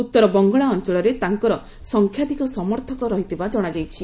ଉତ୍ତର ବଙ୍ଗଳା ଅଞ୍ଚଳରେ ତାଙ୍କର ସଂଖ୍ୟାଧିକ ସମର୍ଥକ ରହିଥିବା ଜଣାଯାଇଛି